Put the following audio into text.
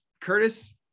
Curtis